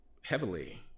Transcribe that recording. heavily